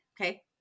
okay